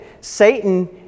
Satan